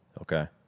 Okay